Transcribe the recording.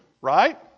Right